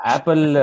Apple